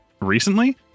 recently